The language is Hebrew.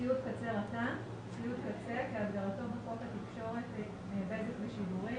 "ציוד קצה רט"ן" ציוד קצה כהגדרתו בחוק התקשורת (בזק ושידורים),